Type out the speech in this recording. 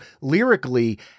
lyrically